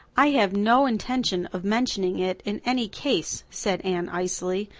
i have no intention of mentioning it in any case, said anne icily,